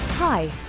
Hi